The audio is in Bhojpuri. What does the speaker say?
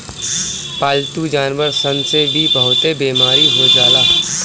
पालतू जानवर सन से भी बहुते बेमारी हो जाला